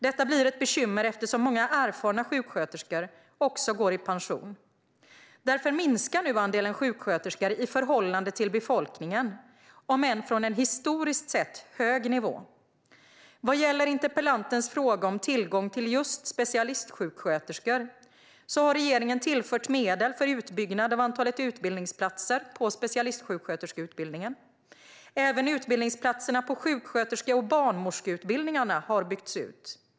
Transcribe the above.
Detta blir också ett bekymmer eftersom många erfarna sjuksköterskor går i pension och andelen sjuksköterskor i förhållande till befolkningen därför minskar, om än från en historiskt sett hög nivå. Vad gäller interpellantens fråga om tillgång på just specialistsjuksköterskor har regeringen tillfört medel för utbyggnad av antalet utbildningsplatser på specialistsjuksköterskeutbildningen. Även utbildningsplatserna på sjuksköterske och barnmorskeutbildningarna har byggts ut.